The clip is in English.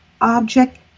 object